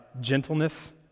gentleness